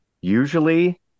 Usually